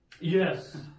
Yes